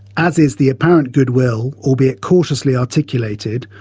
as is the apparent goodwill, albeit cautiously articulated,